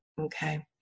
Okay